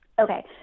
Okay